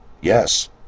Yes